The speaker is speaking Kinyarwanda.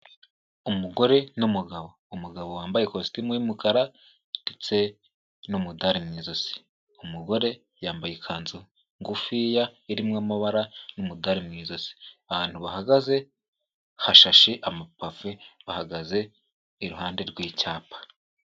Umugore n'umugabo. Umugabo wambaye kositimu y'umukara ndetse n'umudari mu ijosi. Umugore yambaye ikanzu ngufiya irimo amabara n'umudali mu ijosi. Ahantu bahagaze hashashe amapave, bahagaze iruhande rw'icyapa.